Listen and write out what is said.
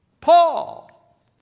Paul